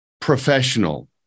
professional